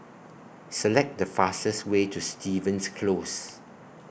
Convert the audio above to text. Select The fastest Way to Stevens Close